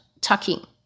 tucking